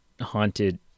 haunted